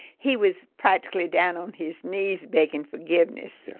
he was practically down on his knees begging forgiveness.